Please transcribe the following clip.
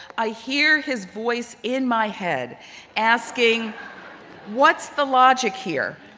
i hear his voice in my head asking what's the logic here?